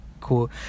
cool